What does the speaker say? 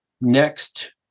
next